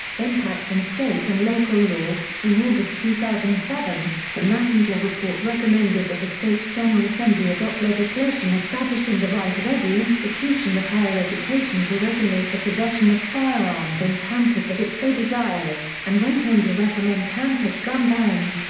impact on state and local law in august two thousand and seven, the massengill report recommended that the state's general assembly adopt legislation establishing the right of every institution of higher education to regulate the possession of firearms on campus if it so desires and went on to recommend campus gun bans,